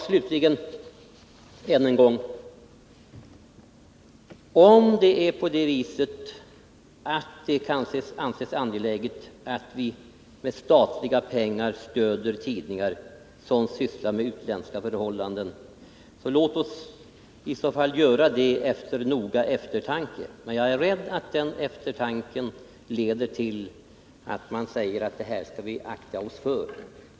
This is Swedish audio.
Slutligen vill jag än en gång säga att om det kan anses angeläget att vi med statliga pengar stöder tidningar som sysslar med utländska förhållanden, så låt oss göra det efter moget övervägande. Men jag är rädd att detta övervägande leder till att vi säger: Detta skall vi akta oss för.